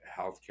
healthcare